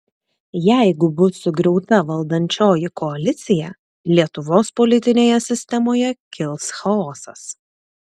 jeigu bus sugriauta valdančioji koalicija lietuvos politinėje sistemoje kils chaosas